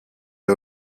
der